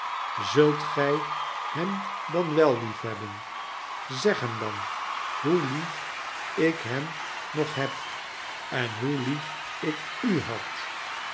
zult gij hem dan wel lief hebben zeg hem dan hoe lief ik hem nog heb en hoe lief ik u had